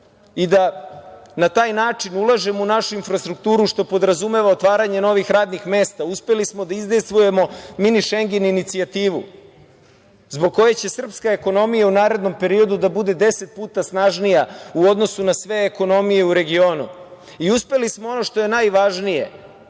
i da na taj način ulažemo u našu infrastrukturu, što podrazumeva otvaranje novih radnih mesta. Uspeli smo da izdejstvujemo mini-šengen inicijativu, zbog koje će srpska ekonomija u narednom periodu da bude deset puta snažnija u odnosu na sve ekonomije u regionu. Uspeli smo ono što je najvažnije,